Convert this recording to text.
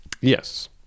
Yes